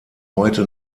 heute